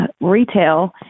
retail